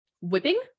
whipping